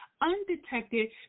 undetected